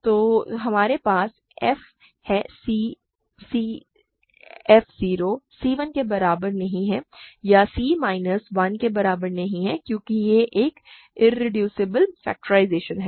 तो तो हमारे पास f है c f 0 c 1 के बराबर नहीं है या c माइनस 1 के बराबर नहीं है क्योंकि यह एक इरेड्यूसबल फैक्टराइजेशन है